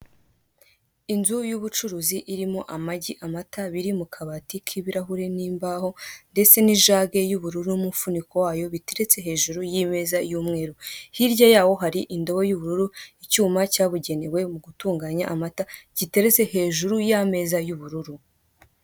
Inzu y'ubucuruzi irimo amagi, amata, biri mu kabati k'ibirahure n'imbaho; ndetse n'ijage y'ubururu n'umufuniko wayo, biteretse hejuru y'ameza y'umweru. Hirya y'aho hari indobo y'ubururu, icyuma cyabugenewe mu gutunganya amata, giteretse hejuru y'ameza y'ubururu.